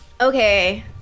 Okay